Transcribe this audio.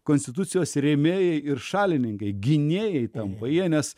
konstitucijos rėmėjai ir šalininkai gynėjai tampa ja nes